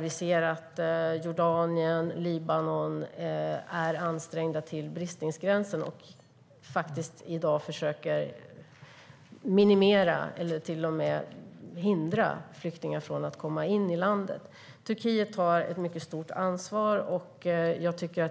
Vi ser att Jordanien och Libanon är ansträngda till bristningsgränsen och i dag försöker minimera antalet eller till och med hindra flyktingar för att komma in i landet. Turkiet tar ett mycket stort ansvar.